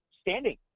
standing